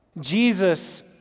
Jesus